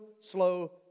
slow